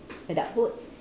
adulthood